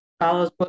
follows